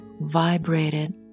vibrated